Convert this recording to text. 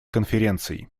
конференций